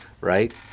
Right